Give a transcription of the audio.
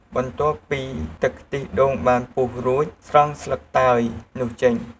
បន្ទាប់ពីទឹកខ្ទិះដូងបានពុះរួច ស្រង់ស្លឹកតើយនោះចេញ។